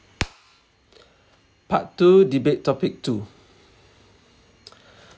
part two debate topic two